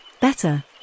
Better